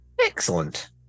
Excellent